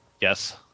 Yes